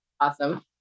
Awesome